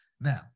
Now